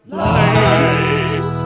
life